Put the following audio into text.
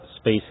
space